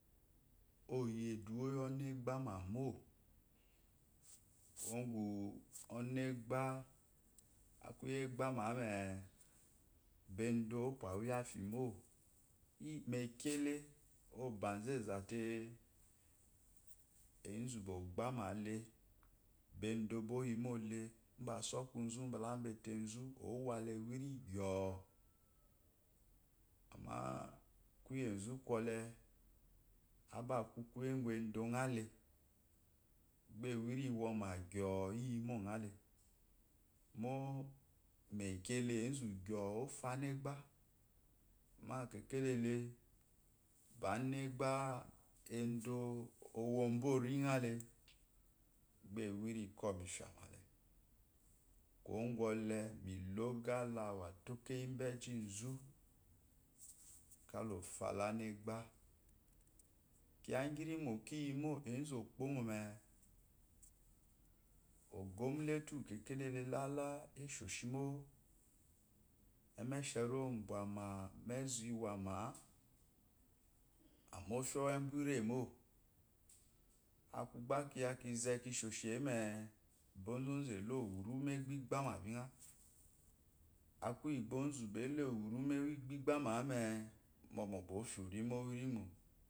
Oyi eduwo yi onegba mama kuwo gu onegba akuyi egbamame ba edo o puyi afimo mekile obazu ezate enzu bo gbamale ba edo boyimole ba sokuza bala ba etezu owala ewiri gyo amma kuye zu kwɔle abaku kuye gu edo ngale mo mekile enzu gyoo ofa anegba amma kevelele ba anegba edo ombo ongale gba ewun ikomi fyamale kuwo koɔle milogalawa to keyi ba ejizu kala fala anegba kiya gyirimo kiyimo enzu okpomome ogomnati uwu kekelele lale eshoshimo emesheri obwama mezu iwama'a amma ofya owe buremo aku gba kiya kisheshi eme ozozu elowu megba igbame binga akuyi ba onzu elowurmegba igbama me momo ba ofia onimu owe irimo